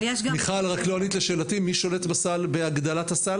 רק לא ענית לשאלתי מי שולט בהגדלת הסל,